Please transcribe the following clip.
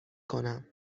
کنم